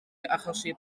achosi